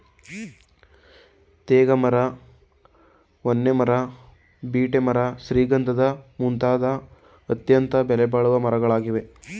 ತೇಗ ಮರ, ಹೊನ್ನೆ ಮರ, ಬೀಟೆ ಮರ ಶ್ರೀಗಂಧದ ಮುಂತಾದವು ಅತ್ಯಂತ ಬೆಲೆಬಾಳುವ ಮರಗಳಾಗಿವೆ